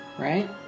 Right